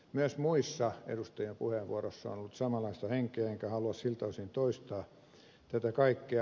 myös muissa edustajien puheenvuoroissa on ollut samanlaista henkeä enkä halua siltä osin toistaa tätä kaikkea